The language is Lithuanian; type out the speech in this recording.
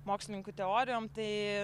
mokslininkų teorijom tai